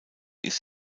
ist